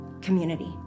community